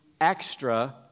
extra